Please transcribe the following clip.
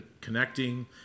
connecting